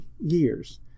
years